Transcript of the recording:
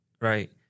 right